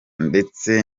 ndetse